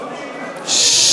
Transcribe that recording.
חברים, חברים.